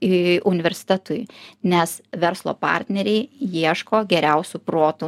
į universitetui nes verslo partneriai ieško geriausių protų